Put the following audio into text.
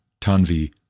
Tanvi